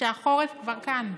כשהחורף כבר כאן?